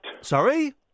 Sorry